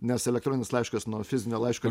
nes elektroninis laiškas nuo fizinio laiško